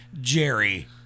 Jerry